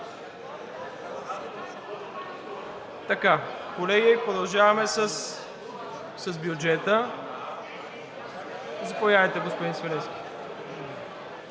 Колеги, продължаваме с бюджета. Заповядайте, господин Свиленски.